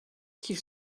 qu’ils